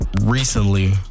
recently